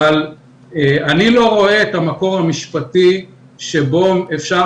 אני לא רואה את המקור המשפטי שבו אפשר